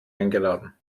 eingeladen